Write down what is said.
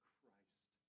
Christ